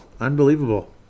unbelievable